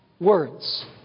words